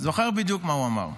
אני זוכר בדיוק מה הוא אמר.